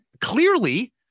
clearly